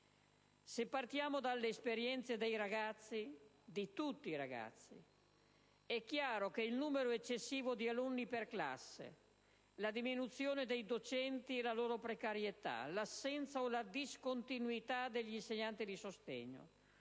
Se partiamo dalle esperienze dei ragazzi, di tutti i ragazzi, è chiaro che il numero eccessivo di alunni per classe, la diminuzione dei docenti e la loro precarietà, l'assenza o la discontinuità dell'insegnante di sostegno,